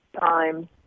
time